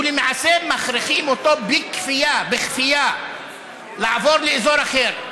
ולמעשה מכריחים אותו בכפייה לעבור לאזור אחר.